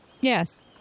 Yes